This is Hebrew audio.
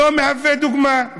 לא מהווה דוגמה,